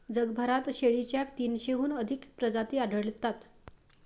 जगभरात शेळीच्या तीनशेहून अधिक प्रजाती आढळतात